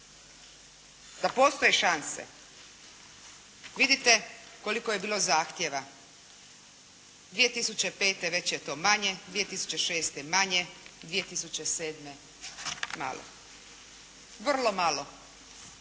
da postoje šanse, vidite koliko je bilo zahtjeva. 2005. već je to manje, 2006. manje, 2007. malo, vrlo malo.